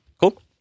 Cool